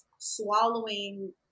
swallowing